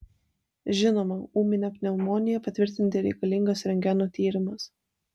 žinoma ūminę pneumoniją patvirtinti reikalingas rentgeno tyrimas